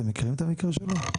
אתם מכירים את המקרה שלו?